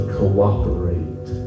cooperate